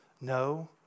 no